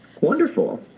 Wonderful